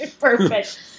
Perfect